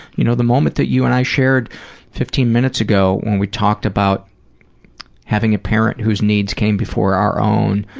you know the moment that you and i shared fifteen minutes ago, when we talked about having a parent whose needs came before our own,